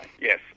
Yes